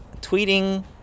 tweeting